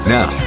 Now